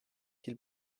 qu’il